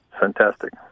Fantastic